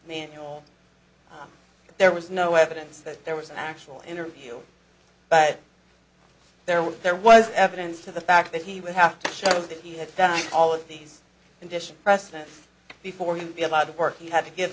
manual but there was no evidence that there was an actual interview but there was there was evidence to the fact that he would have to show that he had done all of these condition precedent before he would be allowed to work he had to give